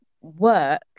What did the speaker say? work